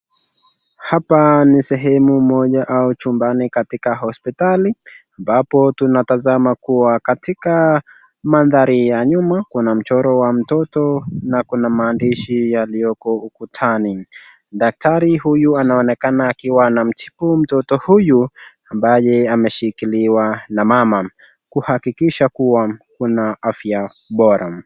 Hapa ni sehemu moja au chumbani katika hospitali ambapo tuna tazama kuwa katika mandhari ya nyuma, kuna mchoro wa mtoto, na kuna maandishi yaliyoko ukutani. Daktari huyu anaonekana akiwa anamtibu mtoto huyu ambaye ameshikiliwa na mama, kuhakikisha kuwa kuna afya bora.